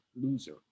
loser